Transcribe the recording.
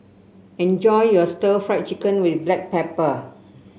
enjoy your stir Fry Chicken with Black Pepper